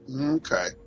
Okay